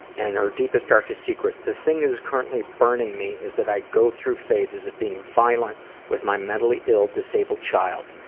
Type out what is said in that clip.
and her deepest darkest secret, the thing that is currently burning me is that i go through phases of being violent with my mentally ill disabled child,